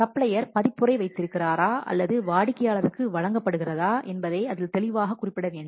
supplier பதிப்புரிமை வைத்திருக்கிறாரா அல்லது வாடிக்கையாளருக்கு வழங்கப்படுகிறதா என்பதை அதில் தெளிவாக குறிப்பிடப்பட வேண்டும்